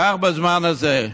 כך בזמן הזה.